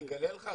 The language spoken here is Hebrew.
אני אגלה לך,